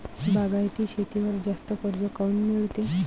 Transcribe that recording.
बागायती शेतीवर जास्त कर्ज काऊन मिळते?